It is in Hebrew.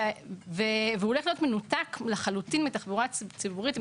והוא הולך להיות מנותק לחלוטין מתחבורה ציבורית.